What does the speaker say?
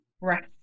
right